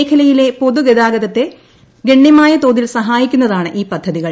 മേഖലയിലെ പൊതുഗതാഗത്തെ ഗണ്യമായ തോതിൽ സഹായിക്കുന്നതാണ് ഈ പദ്ധതികൾ